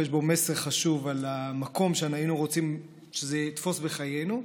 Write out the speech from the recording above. ויש בו מסר חשוב על המקום שהיינו רוצים שזה יתפוס בחיינו.